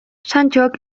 santxok